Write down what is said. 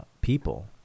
people